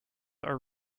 are